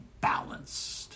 balanced